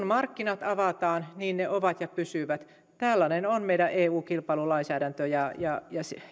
markkinat avataan niin ne ovat ja pysyvät tällainen on meidän eu kilpailulainsäädäntömme ja